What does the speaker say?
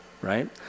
right